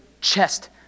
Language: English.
chest